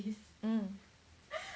mm